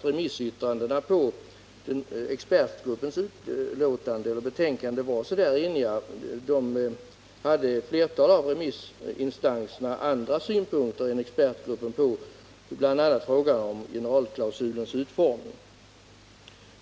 Remissyttrandena över expertgruppens betänkande var ju faktiskt inte så eniga. Ett flertal av remissinstanserna hade andra synpunkter än expertgruppen på bl.a. frågan om generalklausulens uformning.